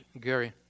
Gary